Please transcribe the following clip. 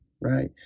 Right